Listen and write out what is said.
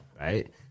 Right